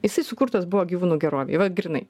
jisai sukurtas buvo gyvūnų gerovei va grynai